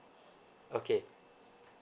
okay